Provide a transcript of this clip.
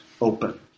open